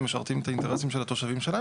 הם משרתים את האינטרסים של התושבים שלהם